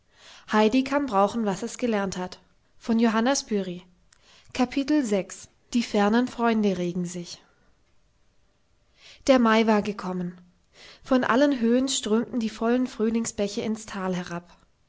die fernen freunde regen sich der mai war gekommen von allen höhen strömten die vollen frühlingsbäche ins tal herab